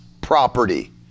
property